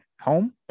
home